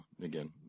again